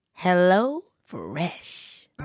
HelloFresh